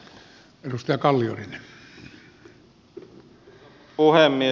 arvoisa puhemies